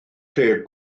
lle